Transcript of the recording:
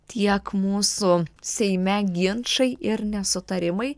tiek mūsų seime ginčai ir nesutarimai